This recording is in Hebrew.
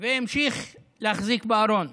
והמשיך להחזיק בארון.